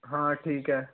हाँ ठीक है